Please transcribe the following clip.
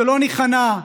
שלא ניכנע.